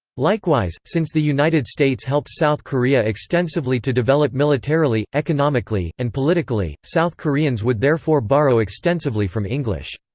likewise, since the united states helped south korea extensively to develop militarily, economically, and politically, south koreans would therefore borrow extensively from english.